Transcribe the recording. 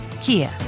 Kia